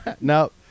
No